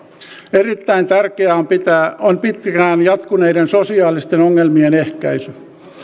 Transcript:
erittäin tärkeää on pitkään jatkuneiden sosiaalisten ongelmien ehkäisy